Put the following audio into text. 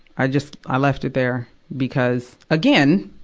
i just, i left it there because, again,